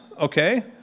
Okay